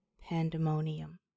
Pandemonium